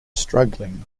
struggling